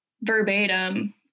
verbatim